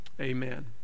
Amen